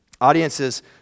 Audiences